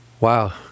wow